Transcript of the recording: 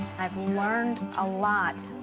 i've learned a lot.